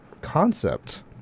concept